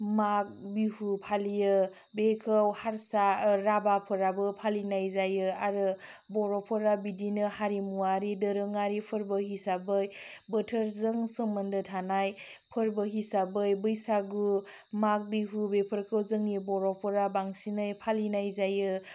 माघ बिहु फालियो बिखौ हारसा राभाफोराबो फालिनाय जायो आरो बर'फोरा बेदिनो हारिमुवारि दोरोङारि फोरबो हिसाबै बोथोरजों सोमोन्दो थानाय फोरबो हिसाबै बैसागु माघ बिहु बेफोरखौ जोंनि बर'फोरा बांसिनै फालिनाय जायो